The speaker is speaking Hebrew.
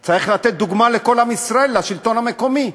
היא צריכה לתת דוגמה לכל עם ישראל, לשלטון המקומי.